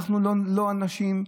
הנשים,